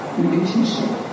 relationship